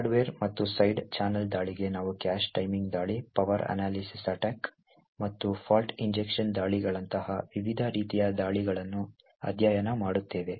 hardware ಮತ್ತು side channel ದಾಳಿಗೆ ನಾವು ಕ್ಯಾಶ್ ಟೈಮಿಂಗ್ದಾಳಿ ಪವರ್ ಅನಾಲಿಸಿಸ್ ಅಟ್ಯಾಕ್ ಮತ್ತು ಫಾಲ್ಟ್ ಇಂಜೆಕ್ಷನ್ ದಾಳಿಗಳಂತಹ ವಿವಿಧ ರೀತಿಯ ದಾಳಿಗಳನ್ನು ಅಧ್ಯಯನ ಮಾಡುತ್ತೇವೆ